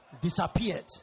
Disappeared